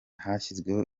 hashyizweho